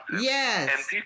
Yes